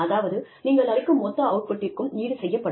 அதாவது நீங்கள் அளிக்கும் மொத்த அவுட்புட்டிற்கும் ஈடு செய்யப்படும்